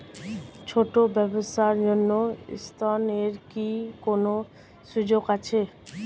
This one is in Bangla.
ছোট ব্যবসার জন্য ঋণ এর কি কোন সুযোগ আছে?